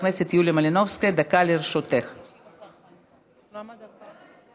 בעד, שמונה מתנגדים, אין נמנעים.